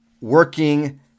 working